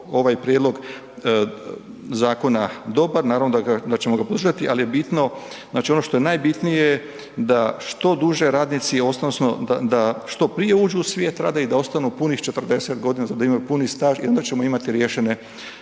ovaj prijedlog zakona dobar, naravno da ćemo ga podržati, ali je bitno, znači ono što je najbitnije je da što duže radnici odnosno da što prije uđu u svijet rada i da ostanu punih 40 godina, da imaju puni staž i onda ćemo imati riješene